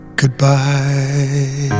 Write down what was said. goodbye